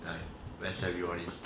like rest every all this